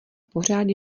pořád